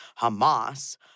Hamas